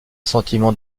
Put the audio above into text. sentiment